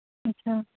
अच्छा